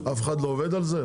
אף אחד לא עובד על זה?